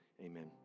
amen